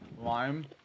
lime